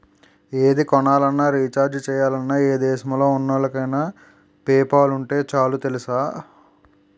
ఏది కొనాలన్నా, రీచార్జి చెయ్యాలన్నా, ఏ దేశంలో ఉన్నోళ్ళకైన పేపాల్ ఉంటే చాలు తెలుసా?